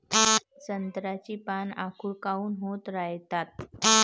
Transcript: संत्र्याची पान आखूड काऊन होत रायतात?